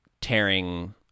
tearing